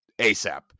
asap